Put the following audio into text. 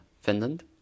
Finland